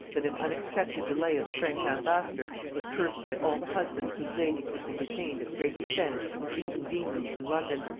that an unexpected delay of the french ambassador was cursed by all the husbands whose ladies had been detained at great expense and inconvenience in london,